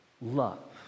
love